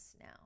now